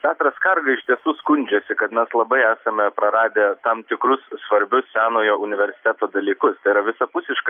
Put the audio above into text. petras skarga iš tiesų skundžiasi kad mes labai esame praradę tam tikrus svarbius senojo universiteto dalykus tai yra visapusišką